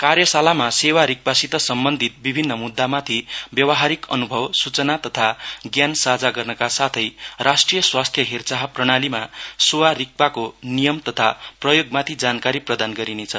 कार्यशालामा सोवा रिकपासित सम्बन्धित विभिन्न मुद्दामाथि व्यवहारिक अनुभव सूचना तथा ज्ञान साझा गर्नका साथै राष्ट्रिय स्वास्थ्य हेरचाह प्राणालीमा सोवा रिकपाको नियम तथा प्रयोगमाथि जानकारी प्रदान गरिनेछ